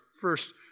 first